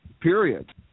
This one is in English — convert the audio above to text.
period